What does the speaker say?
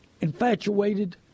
infatuated